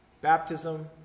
Baptism